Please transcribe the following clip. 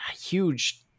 huge